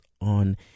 on